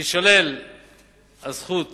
תישלל הזכות